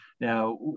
Now